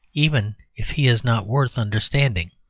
even if he is not worth understanding.